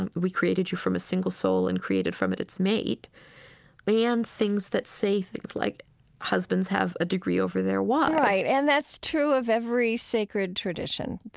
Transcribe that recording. and we created you from a single soul, and created from it its mate and things that say things like husbands have a degree over their wives right. and that's true of every sacred tradition.